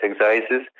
exercises